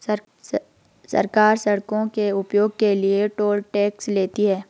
सरकार सड़कों के उपयोग के लिए टोल टैक्स लेती है